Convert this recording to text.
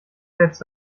selbst